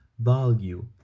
value